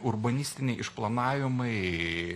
urbanistiniai išplanavimai